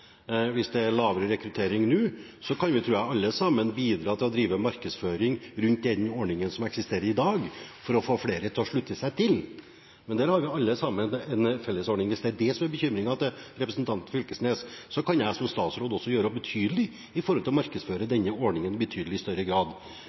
Hvis det er lavere rekruttering nå, kan vi alle sammen, tror jeg, bidra til å drive markedsføring rundt den ordningen som eksisterer i dag, for å få flere til å slutte seg til. Der har vi alle en felles utfordring. Hvis det er det som er bekymringen til representanten Knag Fylkesnes, kan jeg som statsråd også gjøre betydelig mer for å markedsføre